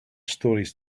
stories